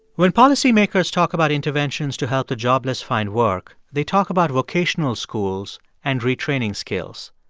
when policymakers talk about interventions to help the jobless find work, they talk about vocational schools and retraining skills.